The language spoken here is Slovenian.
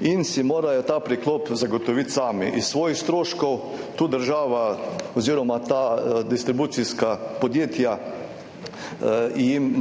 in si morajo ta priklop zagotoviti sami iz svojih stroškov. Tukaj jim država oziroma ta distribucijska podjetja